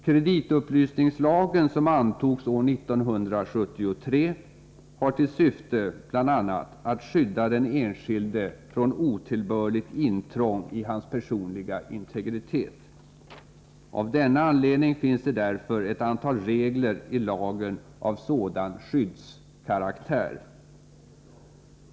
Kreditupplysningslagen, som antogs år 1973, har till syfte bl.a. att skydda den enskilde från otillbörligt intrång i hans personliga integritet. Av denna anledning finns det därför ett antal regler i lagen av sådan skyddskaraktär.